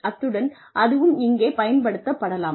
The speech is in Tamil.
அத்துடன் அதுவும் இங்கே பயன்படுத்தப்படலாம்